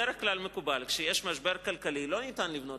בדרך כלל מקובל שכשיש משבר כלכלי לא ניתן לבנות